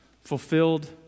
fulfilled